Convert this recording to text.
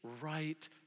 right